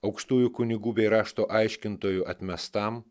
aukštųjų kunigų bei rašto aiškintoju atmestam